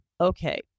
okay